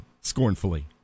scornfully